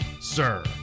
Sir